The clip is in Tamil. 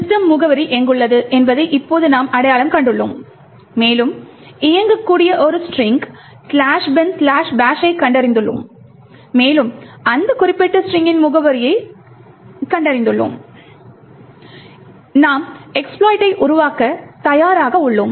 system முகவரி எங்குள்ளது என்பதை இப்போது நாம் அடையாளம் கண்டுள்ளோம் மேலும் இயங்கக்கூடிய ஒரு ஸ்ட்ரிங்க் "binbash" ஐக் கண்டறிந்துள்ளோம் மேலும் அந்த குறிப்பிட்ட ஸ்ட்ரிங்கின் முகவரியைக் கண்டறிந்தோம் நாம் எஸ்பிலோய்டை உருவாக்க தயாராக உள்ளோம்